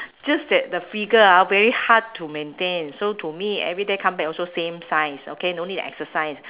just that the figure ah very hard to maintain so to me everyday come back also same size okay no need to exercise